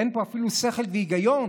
אין פה אפילו שכל והיגיון.